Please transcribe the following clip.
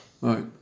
right